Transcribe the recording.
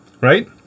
Right